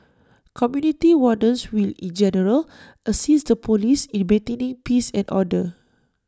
community wardens will in general assist the Police in maintaining peace and order